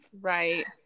right